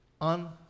on